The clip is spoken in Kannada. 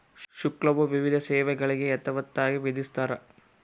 ಶುಲ್ಕವು ವಿವಿಧ ಸೇವೆಗಳಿಗೆ ಯಥಾವತ್ತಾಗಿ ವಿಧಿಸ್ತಾರ